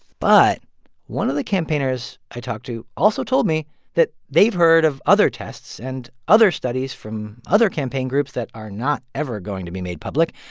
but one of the campaigners i talked to also told me that they've heard of other tests and other studies from other campaign groups that are not ever going to be made public,